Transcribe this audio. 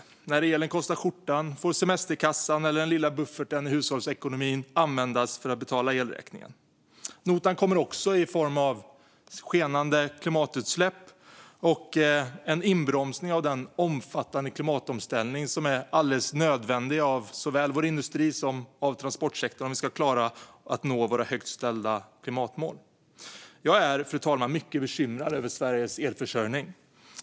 När elen kostar skjortan får semesterkassan eller den lilla bufferten i hushållsekonomin användas för att betala elräkningen. Notan kommer också i form av skenande klimatutsläpp och en inbromsning av den omfattande klimatomställning av såväl vår industri som vår transportsektor som är alldeles nödvändig om vi ska klara att nå våra högt ställda klimatmål. Jag är, fru talman, mycket bekymrad över Sveriges elförsörjning.